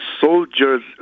soldiers